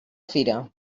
fira